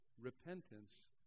Repentance